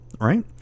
right